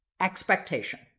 Expectation